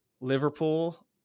Liverpool